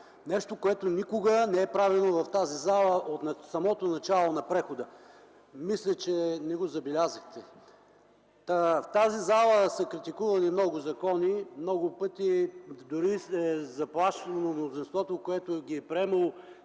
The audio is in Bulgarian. нещо, което никога не е правено в тази зала от самото начало на прехода. Мисля, че не го забелязахте. В тази зала са критикувани много закони, много пъти дори се е заплашвало мнозинството, когато ги е приемало,